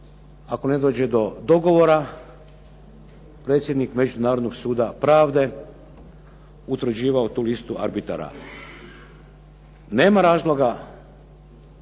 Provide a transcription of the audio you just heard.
ako ne dođe do dogovora predsjednik Međunarodnog suda pravde utvrđivao tu listu arbitara. Nema razloga